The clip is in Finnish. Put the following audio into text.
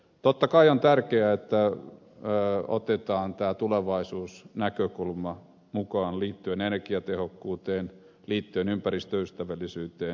totta kai on tärkeää että otetaan tämä tulevaisuusnäkökulma liittyen energiatehokkuuteen ja ympäristöystävällisyyteen mukaan